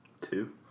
two